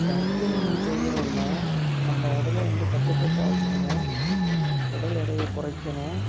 surfing செய்யணும்னா நம்ம உடலை வந்து கட்டுக்கோப்பாக வச்சுக்கணும் உடல் எடையயை குறைக்கணும்